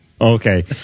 Okay